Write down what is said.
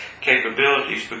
capabilities